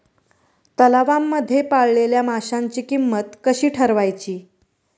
तलावांमध्ये पाळलेल्या माशांची किंमत कशी ठरवायची?